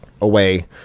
away